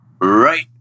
right